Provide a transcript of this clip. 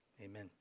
amen